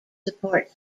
support